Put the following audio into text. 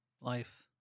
Life